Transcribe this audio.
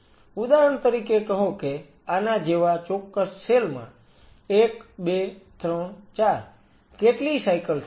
ઉદાહરણ તરીકે કહો કે આના જેવા ચોક્કસ સેલ માં 1 2 3 4 કેટલી સાયકલ થશે